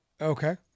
Okay